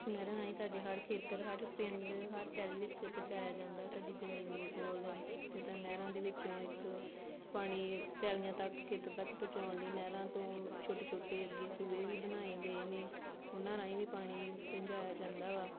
ਨਹਿਰਾਂ ਰਾਹੀਂ ਸਾਡੇ ਹਰ ਖੇਤਰ ਹਰ ਪਿੰਡ ਹਰ ਪੈਲੀ ਵਿੱਚ ਪਹੁੰਚਾਇਆ ਜਾਂਦਾ ਸਾਡੀ ਜ਼ਮੀਨ ਦੇ ਕੋਲ ਜਿਸ ਤਰ੍ਹਾਂ ਨਹਿਰਾਂ ਦੇ ਵਿੱਚੋਂ ਇੱਕ ਪਾਣੀ ਪੈਲੀਆਂ ਤੱਕ ਖੇਤਾਂ ਤੱਕ ਪਹੁੰਚਾਉਣ ਲਈ ਨਹਿਰਾਂ ਤੋਂ ਛੋਟੇ ਛੋਟੇ ਅੱਗੇ ਸੂਏ ਵੀ ਬਣਾਏ ਗਏ ਨੇ ਉਹਨਾਂ ਰਾਹੀਂ ਵੀ ਪਾਣੀ ਪਹੁੰਚਾਇਆ ਜਾਂਦਾ ਵਾ